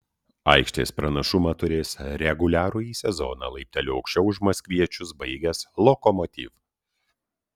aikštės pranašumą turės reguliarųjį sezoną laipteliu aukščiau už maskviečius baigęs lokomotiv